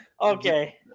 Okay